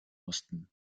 mussten